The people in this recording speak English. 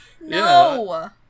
No